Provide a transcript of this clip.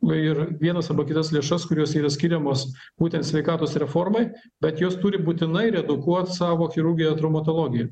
va ir vienas arba kitas lėšas kurios yra skiriamos būtent sveikatos reformai bet jos turi būtinai redukuot savo chirurgiją traumatologiją